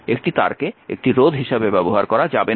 একটি তারকে একটি রোধ হিসাবে ব্যবহার করা যাবে না